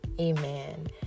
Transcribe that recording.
Amen